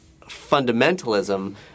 fundamentalism